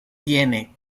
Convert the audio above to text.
tiene